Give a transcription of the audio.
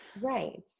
Right